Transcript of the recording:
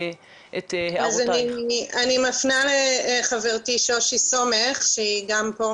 אני מפנה לחברתי שושי סומך שהיא גם פה,